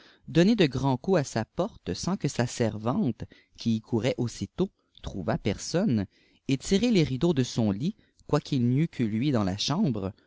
donner de grands coups à sa porte sans que sa servante qui y courait aussitôt trouvât personne et tirer les rideaux de son lit quoiqu'il n'y eût que lui dans la chambre